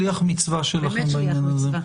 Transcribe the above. שליח מצווה שלכם בעניין הזה.